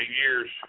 years